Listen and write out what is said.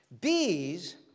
Bees